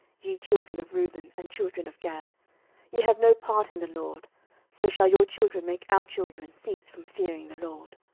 ye children of reuben and children of gad ye have no part in the lord so shall your children make our children cease from fearing the lord